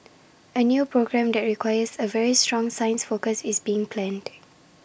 A new programme that requires A very strong science focus is being planned